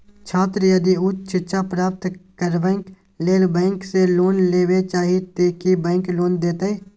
छात्र यदि उच्च शिक्षा प्राप्त करबैक लेल बैंक से लोन लेबे चाहे ते की बैंक लोन देतै?